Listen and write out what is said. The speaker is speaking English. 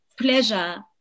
pleasure